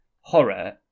horror